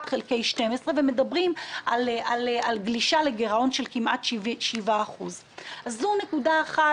חלקי 12 ומדברים על גלישה לגירעון של כמעט 7%. זאת נקודה אחת,